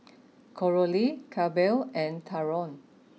Coralie Clabe and Talon